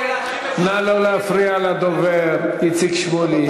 נא לא להפריע לדובר, איציק שמולי.